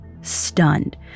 stunned